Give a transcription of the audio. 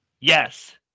Yes